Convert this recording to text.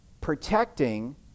protecting